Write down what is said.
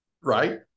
Right